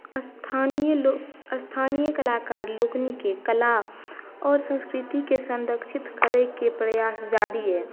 स्थानीय कलाकार लोकनिकेॅं कला और संस्कृतिके सँरक्षित करैके प्रयास जारी अहि